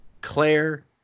Claire